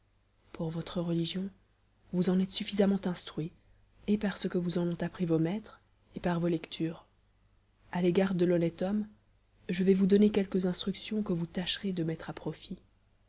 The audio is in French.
pour votre religion vous en êtes suffisamment instruit et par ce que vous en ont appris vos maîtres et par vos lectures à l'égard de l'honnête homme je vais vous donner quelques instructions que vous tâcherez de mettre à profit